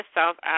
South